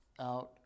out